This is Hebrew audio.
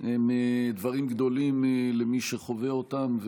הם דברים גדולים למי שחווה אותם,